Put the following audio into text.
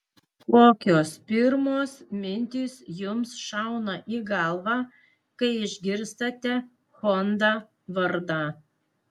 kokios pirmos mintys jums šauna į galvą kai išgirstate honda vardą